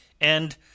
and